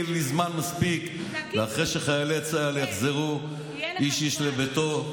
יהיה לי זמן מספיק אחרי שחיילי צה"ל יחזרו איש-איש לביתו.